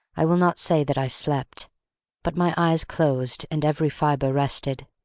i will not say that i slept but my eyes closed, and every fibre rested,